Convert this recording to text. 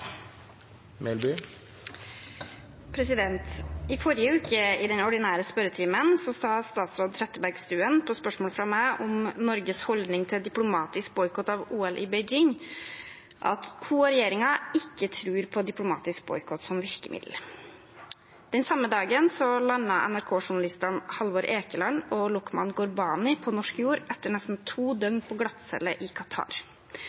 I den ordinære spørretimen forrige uke sa statsråd Trettebergstuen på spørsmål fra meg om Norges holdning til diplomatisk boikott av OL i Beijing at hun og regjeringen ikke tror på diplomatisk boikott som virkemiddel. Den samme dagen landet NRK-journalistene Halvor Ekeland og Lokman Ghorbani på norsk jord etter nesten to